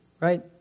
right